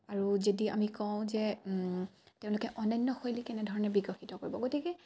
আৰু যদি আমি কওঁ যে তেওঁলোকে অন্যান্য শৈলী কেনেধৰণে বিকশিত কৰিব গতিকে